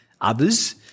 others